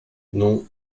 non